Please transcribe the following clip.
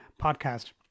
Podcast